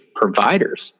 providers